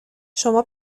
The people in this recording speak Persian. شما